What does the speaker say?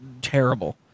terrible